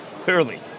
clearly